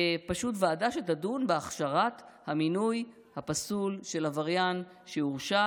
פשוט ועדה שתדון בהכשרת המינוי הפסול של עבריין שהורשע